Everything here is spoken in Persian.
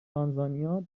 تانزانیا